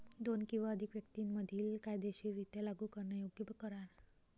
दोन किंवा अधिक व्यक्तीं मधील कायदेशीररित्या लागू करण्यायोग्य करार